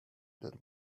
that